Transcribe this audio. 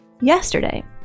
Yesterday